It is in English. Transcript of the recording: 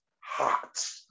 hot